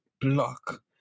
block